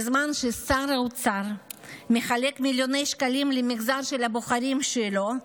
בזמן ששר האוצר מחלק מיליוני שקלים למגזר של הבוחרים שלו,